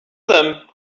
them